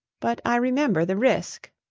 but i remember the risk.